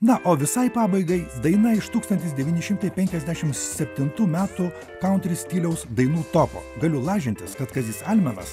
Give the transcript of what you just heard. na o visai pabaigai daina iš tūkstantis devyni šimtai penkiasdešim septintų metų kauntri stiliaus dainų topo galiu lažintis kad kazys almenas